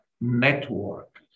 network